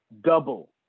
double